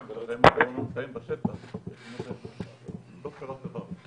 הם יכולים לשלול היתרי כניסה לארץ.